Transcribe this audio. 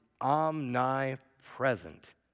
omnipresent